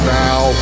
now